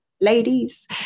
Ladies